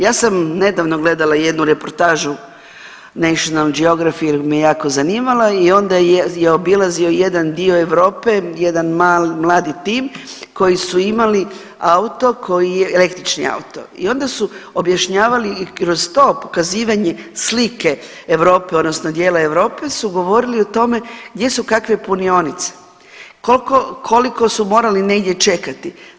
Ja sam nedavno gledala jednu reportažu Nacional Geographic jer me je jako zanimala i onda je obilazio jedan dio Europe jedan mladi tim koji su imali auto koji je, električni auto i onda su objašnjavali i kroz to pokazivanje slike Europe odnosno dijela Europe su govorili o tome gdje su kakve punionice, koliko su morali negdje čekati.